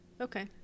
okay